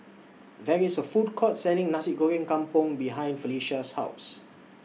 There IS A Food Court Selling Nasi Goreng Kampung behind Felicia's House